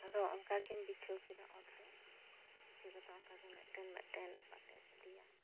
ᱟᱫᱚ ᱚᱱᱠᱟ ᱜᱮᱢ ᱵᱤᱪᱷᱟᱹᱣ ᱠᱮᱫᱟ ᱚᱛ ᱨᱮ ᱵᱤᱪᱷᱟᱹᱣ ᱠᱟᱛᱮᱜ ᱚᱱᱠᱟ ᱜᱮ ᱢᱤᱫᱴᱮᱱ ᱢᱤᱫᱴᱮᱱ ᱯᱟᱴᱮ ᱤᱫᱤᱭᱟ